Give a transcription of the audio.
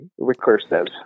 recursive